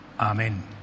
Amen